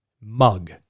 mug